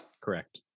Correct